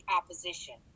opposition